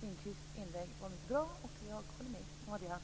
Jag håller med om det han